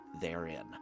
therein